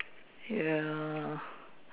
you know